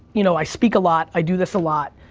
you know, i speak a lot, i do this a lot,